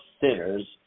sinners